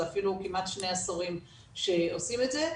זה אפילו כמעט שני עשורים שעושים את זה,